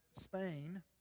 Spain